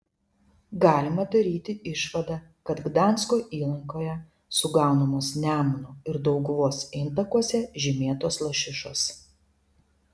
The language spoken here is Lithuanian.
galima daryti išvadą kad gdansko įlankoje sugaunamos nemuno ir dauguvos intakuose žymėtos lašišos